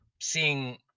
seeing